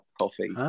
coffee